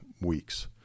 weeks